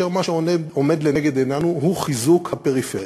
ומה שעומד לנגד עינינו הוא חיזוק הפריפריה.